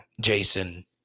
Jason